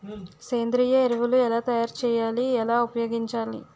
సేంద్రీయ ఎరువులు ఎలా తయారు చేయాలి? ఎలా ఉపయోగించాలీ?